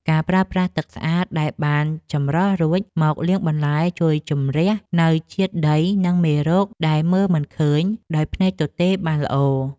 ការប្រើប្រាស់ទឹកស្អាតដែលបានចម្រោះរួចមកលាងបន្លែជួយជម្រះនូវជាតិដីនិងមេរោគដែលមើលមិនឃើញដោយភ្នែកទទេបានល្អ។